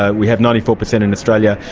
ah we have ninety four percent in australia,